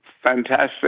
Fantastic